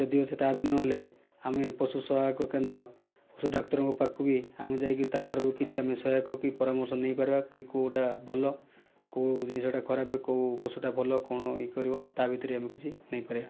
ଯଦିଓ ସେ ତାହା ବି ନହେଲେ ଆମେ ପଶୁ ସହାୟକ କେନ୍ଦ୍ର ପଶୁ ଡାକ୍ତରଙ୍କ ପାଖକୁ ବି ଆମେ ଯାଇକରି ତାଙ୍କ ଠାରୁ କିଛି ସହାୟକ କି ପରାମର୍ଶ ନେଇପାରିବା କି କେଉଁଟା ଭଲ କେଉଁ ଜିନିଷଟା ଖରାପ କେଉଁ ପଶୁଟା ଭଲ କଣ ଇଏ କରିବ ତା ଭିତରେ ଆମେ କିଛି ନେଇପାରିବା